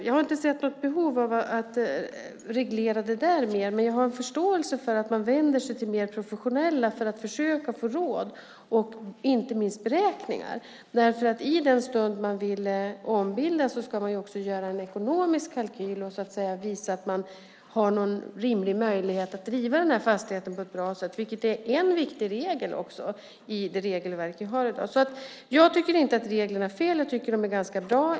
Jag har inte sett något behov av att reglera det där mer, men jag har en förståelse för att man vänder sig till mer professionella för att försöka få råd och inte minst beräkningar. I den stund man vill ombilda ska man göra en ekonomisk kalkyl och visa att man har en rimlig möjlighet att driva fastigheten på ett bra sätt. Det är också en viktig regel i det regelverk vi har i dag. Jag tycker inte att reglerna är fel. Jag tycker att de är ganska bra.